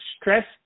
stress